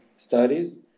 studies